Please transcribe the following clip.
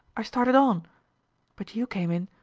i started on but you came in.